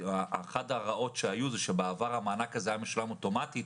כלומר אחת הרעות שהיו היא שבעבר המענק הזה היה משולם אוטומטית